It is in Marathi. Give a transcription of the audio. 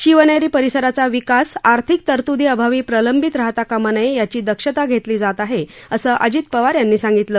शिवनेरी परिसराचा विकास आर्थिक तरतुंगी अभावी प्रलंबित राहता कामा नये याची क्षता घेतली जात आहे असं अजित पवार यांनी सांगितलं